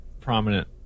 prominent